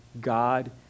God